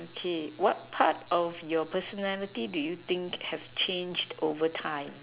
okay what part of your personality do you think has changed over time